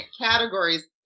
categories